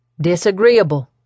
disagreeable